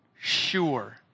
sure